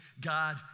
God